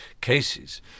cases